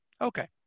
Okay